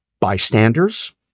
bystanders